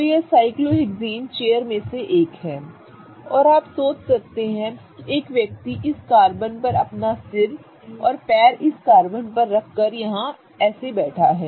तो यह cyclohexane chair में से एक है और आप सोच सकते हैं कि एक व्यक्ति इस कार्बन पर अपना सिर और पैर इस कार्बन पर रख के यहां बैठा है